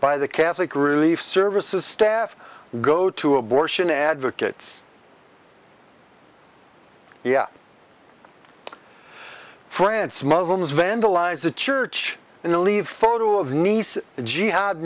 by the catholic relief services staff go to abortion advocates yeah france muslims vandalized the church in the leave photo of nice jihad